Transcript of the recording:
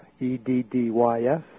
E-D-D-Y-S